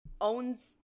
owns